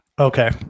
Okay